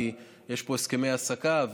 כי יש פה הסכמי העסקה,